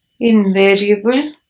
Invariable